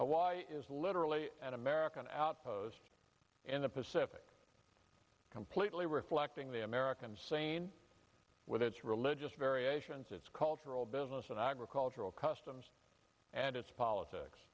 why is literally an american outpost in the pacific completely reflecting the american scene with its religious variations its cultural business and agricultural customs and its politics